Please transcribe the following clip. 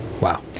Wow